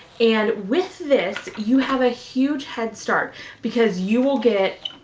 and with this, you have a huge headstart because you will get,